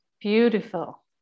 Beautiful